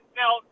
now